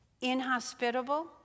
inhospitable